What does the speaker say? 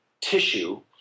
tissue